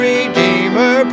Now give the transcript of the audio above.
Redeemer